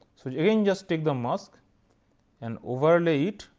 so, again just take the mask and overlay it,